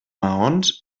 maons